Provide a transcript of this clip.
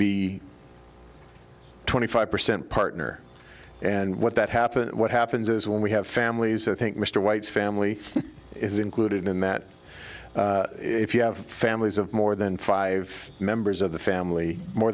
be twenty five percent partner and what that happen what happens is when we have families i think mr white's family is included in that if you have families of more than five members of the family more